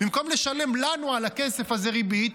במקום לשלם לנו על הכסף הזה ריבית,